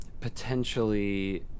potentially